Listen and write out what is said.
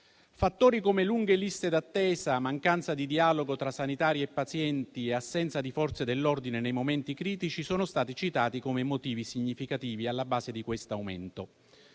Fattori come lunghe liste d'attesa, mancanza di dialogo tra sanitari e pazienti e assenza di Forze dell'ordine nei momenti critici sono stati citati come motivi significativi alla base di questo aumento.